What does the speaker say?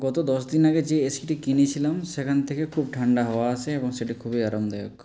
গত দশ দিন আগে যে এসিটি কিনেছিলাম সেখান থেকে খুব ঠান্ডা হাওয়া আসে এবং সেটি খুবই আরামদায়ক